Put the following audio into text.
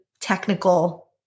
technical